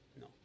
No